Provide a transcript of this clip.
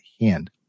hand